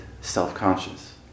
self-conscious